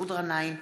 מסעוד גנאים,